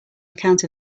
account